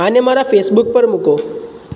આને મારા ફેસબુક પર મૂકો